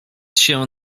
się